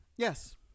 Yes